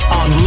on